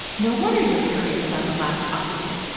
no wonder you're curious about the last occupant.